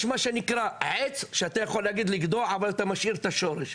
יש מה שנקרא עץ שאתה יכול לגדוע אבל אתה משאיר את השורש.